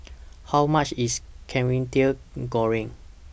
How much IS Kwetiau Goreng